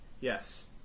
Yes